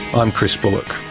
i'm chris bullock.